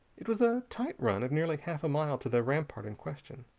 it was a tight run of nearly half a mile to the rampart in question.